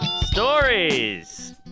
Stories